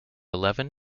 eleven